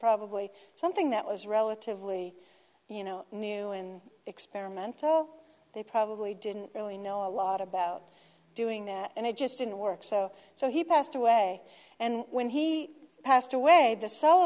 probably something that was relatively you know new and experimental they probably didn't really know a lot about doing that and it just didn't work so so he passed away and when he passed away the